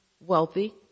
wealthy